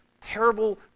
terrible